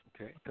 Okay